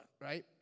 right